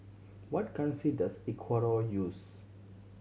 what currency does Ecuador use